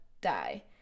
die